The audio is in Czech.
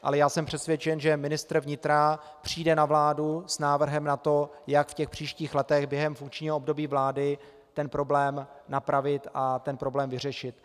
Ale jsem přesvědčen, že ministr vnitra přijde na vládu s návrhem na to, jak v těch příštích letech během funkčního období vlády ten problém napravit a ten problém vyřešit.